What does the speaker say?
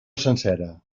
sencera